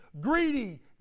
greedy